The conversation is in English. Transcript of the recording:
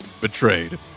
betrayed